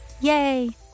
Yay